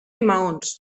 maons